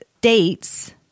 dates